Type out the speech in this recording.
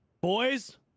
Boys